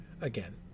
again